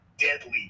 deadly